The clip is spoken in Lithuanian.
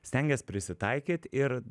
stengies prisitaikyt ir